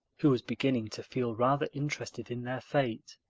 who was beginning to feel rather interested in their fate.